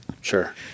Sure